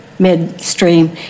midstream